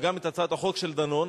וגם את הצעת החוק של דנון.